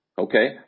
Okay